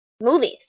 movies